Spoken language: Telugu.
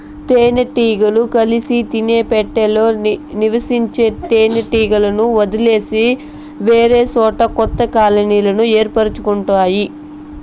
తేనె టీగలు కలిసి తేనె పెట్టలో నివసించే తేనె టీగలను వదిలేసి వేరేసోట కొత్త కాలనీలను ఏర్పరుచుకుంటాయి